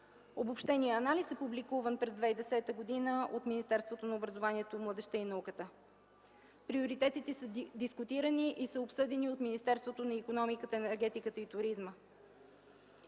Обобщеният анализ е публикуван през 2010 г. от Министерството на образованието, младежта и науката. Приоритетите са дискутирани и са обсъдени от Министерството на икономиката, енергетиката и туризма.